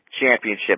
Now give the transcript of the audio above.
championship